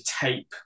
tape